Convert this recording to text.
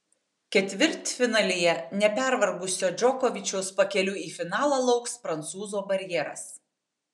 ketvirtfinalyje nepervargusio džokovičiaus pakeliui į finalą lauks prancūzo barjeras